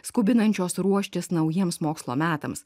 skubinančios ruoštis naujiems mokslo metams